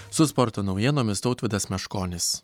su sporto naujienomis tautvydas meškonis